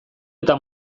eta